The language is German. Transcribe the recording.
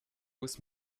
bus